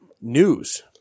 news